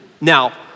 Now